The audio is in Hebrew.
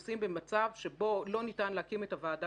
במצב שבו לא ניתן להקים את הוועדה